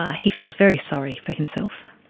ah he feels very sorry for himself,